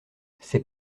ses